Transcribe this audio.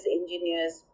engineers